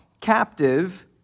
captive